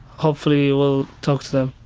hopefully we'll talk to them.